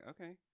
okay